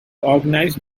organized